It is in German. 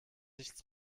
nichts